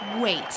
Wait